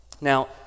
Now